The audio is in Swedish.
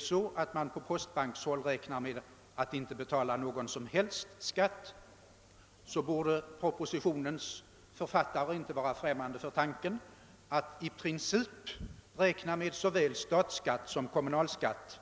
fall. Om man på postbankshåll räknar med att inte betala någon skatt, så borde propositionens författare inte vara främmande för tanken att i princip räkna med både statsoch kommunalskatt.